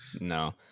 No